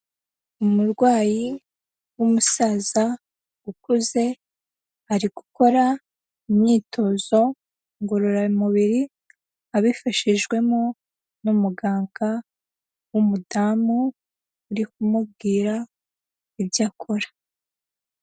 Umurwayi w'umusaza ukuze, ari gukora imyitozo ngororamubiri abifashijwemo n'umuganga w'umudamu uri kumubwira ibyo akora.